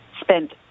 spent